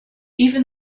even